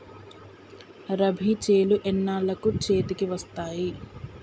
రబీ చేలు ఎన్నాళ్ళకు చేతికి వస్తాయి?